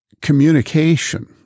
communication